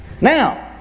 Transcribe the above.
Now